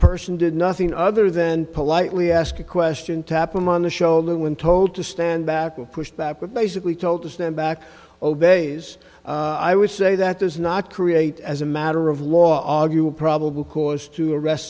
person did nothing other than politely ask a question tap him on the shoulder when told to stand back and pushed back with basically told to stand back obeys i would say that does not create as a matter of law you will probable cause to arrest